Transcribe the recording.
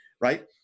right